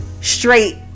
straight